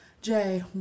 Jay